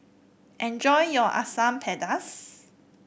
enjoy your Asam Pedas